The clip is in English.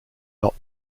not